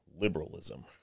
liberalism